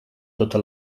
tota